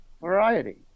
variety